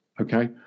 okay